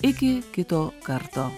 iki kito karto